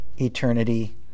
eternity